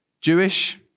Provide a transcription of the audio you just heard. Jewish